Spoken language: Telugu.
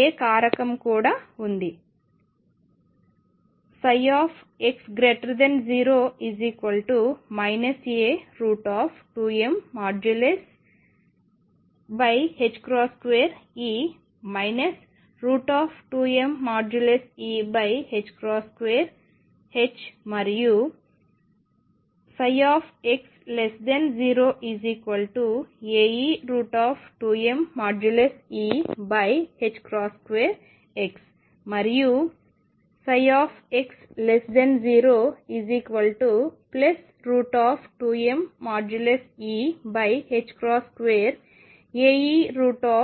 A కారకం కూడా ఉంది x0 A2mE2e 2mE2x మరియు x0Ae2mE2x మరియు x02mE2Ae2mE2x